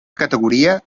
categoria